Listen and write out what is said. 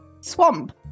Swamp